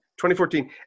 2014